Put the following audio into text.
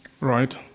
Right